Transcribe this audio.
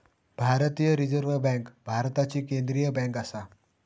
भारतीय reserve bank भारताची केंद्रीय बँक आसा